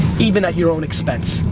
even at your own expense,